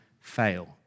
fail